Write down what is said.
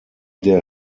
der